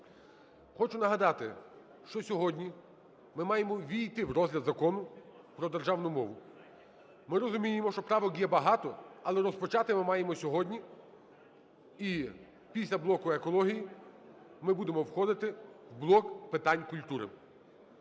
Хочу нагадати, що сьогодні ми маємо увійти в розгляд Закону "Про державну мову". Ми розуміємо, що правок є багато, але розпочати ми маємо сьогодні. І після блоку екології ми будемо входити в блок питань культури.